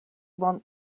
want